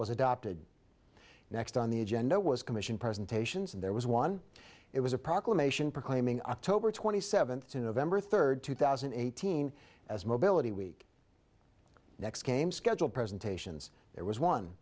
was adopted next on the agenda was commission presentations and there was one it was a proclamation proclaiming october twenty seventh to november third two thousand and eighteen as mobility week next came scheduled presentations there was one